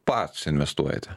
pats investuojate